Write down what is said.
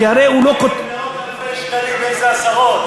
כי הרי הוא לא, זה מאות-אלפי שקלים, איזה עשרות?